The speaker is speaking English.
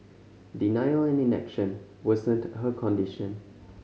denial and inaction worsened her condition